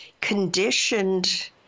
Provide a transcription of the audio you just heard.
conditioned